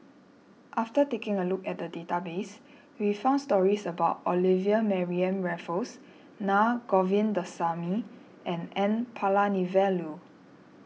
after taking a look at the database we found stories about Olivia Mariamne Raffles Naa Govindasamy and N Palanivelu